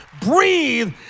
breathe